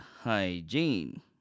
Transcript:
hygiene